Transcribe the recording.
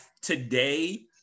today